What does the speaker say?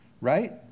Right